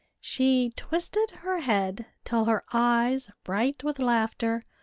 she twisted her head till her eyes, bright with laughter,